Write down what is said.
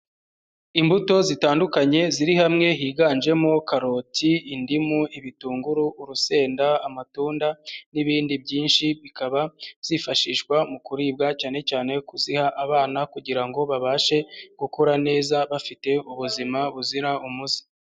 Imbuto zitandukanye ziri hamwe higanjemo karoti, indimu, ibitunguru, urusenda, amatunda n'ibindi byinshi, bikaba zifashishwa mu kuribwa cyane cyane kuziha abana kugira ngo babashe gukura neza bafite ubuzima buzira umuze.